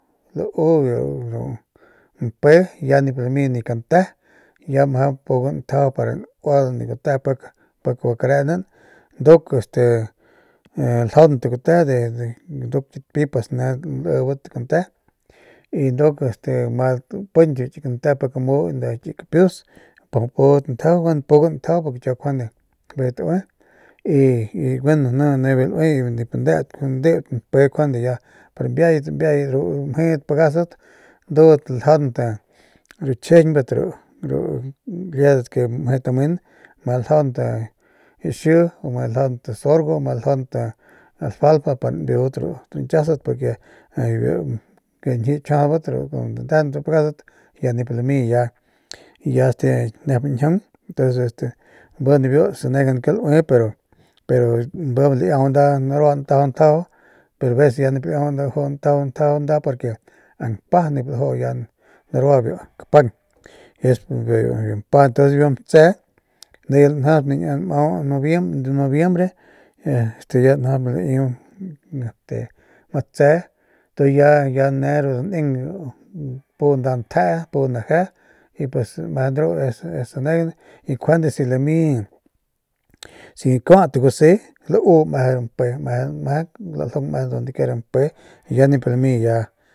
Ru mpe ya nip lami ni kante ya mjau pugan ntjajau pa nuadan ru gute pik gua kareenan nduk ljaunt gute de nduk kit pipas ne libat kante y nduk piñky ki kante pik amu ki kapius pudat njajau y pugan tjajau porque kiau njuande bijiy taue y gueno ni bijiy bu laue y nip ndeut ru mpe njuande ru mbiayat ru mbiayet ru mjedat pagasat ndudat ljanbat ru chjijiñbat ru ru liedat ke mje tamen ma ljaunt xi ma ljaunt sorgo ma ljaunt alfalfa pa nbiudat ru rañkiasast porque ru kañjiuy kjiajadbat donde ndejenat ru nkiasast nip lami ya nep ñjiaung binibiu sanegan ke laue pero bi laiau nda narua ntajau ntjajau pero aveces ya nip laiau ntajau njajau nda imp mpa nip laju ya narua biu kapang es biu mpa y entonces biu matse ni ya lanjasp niña nmau nobiem nobiembre y este ya ni liu matse y tu ya ne ru daneng ru pu nda ntjeje pu nda naje y meje de ru es sanegan y si njuande si lami si kuat gusi njuande meje lau meje biu mpe laljung meje donde quiera mpe ya nip lami.